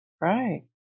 Right